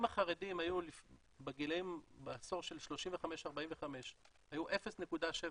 אם החרדים בעשור של 35-45 היו 0.7%,